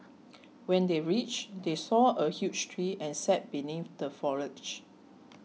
when they reached they saw a huge tree and sat beneath the foliage